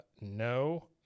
No